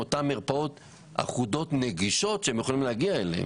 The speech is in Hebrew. מרפאות אחודות הן נגישות אליהן הם יכולים להגיע.